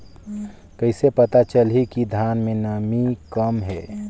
कइसे पता चलही कि धान मे नमी कम हे?